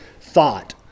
thought